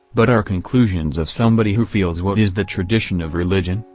but are conclusions of somebody who feels what is the tradition of religion,